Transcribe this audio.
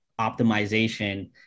optimization